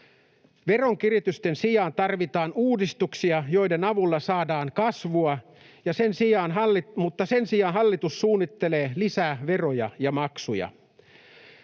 Veronkiristysten sijaan tarvitaan uudistuksia, joiden avulla saadaan kasvua, mutta sen sijaan hallitus suunnittelee lisää veroja ja maksuja.